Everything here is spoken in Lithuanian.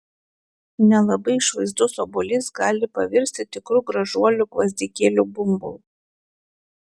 nelabai išvaizdus obuolys gali pavirsti tikru gražuoliu gvazdikėlių bumbulu